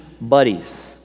buddies